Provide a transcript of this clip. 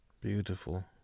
Beautiful